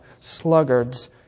sluggards